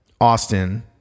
Austin